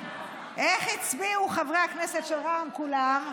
איך הצביעו חברי הכנסת של רע"מ, כולם?